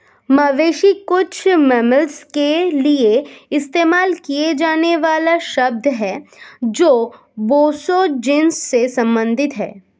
मवेशी कुछ मैमल्स के लिए इस्तेमाल किया जाने वाला शब्द है जो बोसो जीनस से संबंधित हैं